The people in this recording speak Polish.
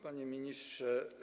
Panie Ministrze!